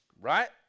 right